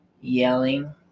yelling